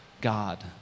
God